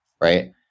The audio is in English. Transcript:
right